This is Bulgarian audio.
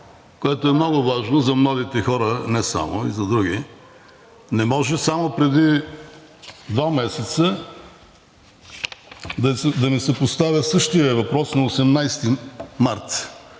което е много важно за младите хора, не само, а и за други, не може само преди два месеца да ми се поставя същият въпрос, на 18 март